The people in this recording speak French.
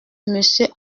monsieur